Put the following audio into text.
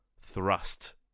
thrust